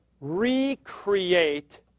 recreate